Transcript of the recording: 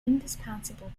indispensable